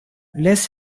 less